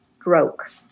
stroke